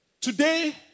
Today